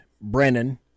Brennan